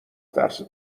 ترس